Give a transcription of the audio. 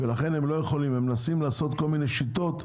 הן לא יכולות והן מנסות לעשות כל מיני שיטות,